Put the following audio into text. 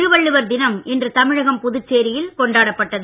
திருவள்ளுவர் தினம் இன்று தமிழகம் புதுச்சேரியில் கொண்டாடப்பட்டது